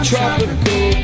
Tropical